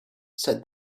said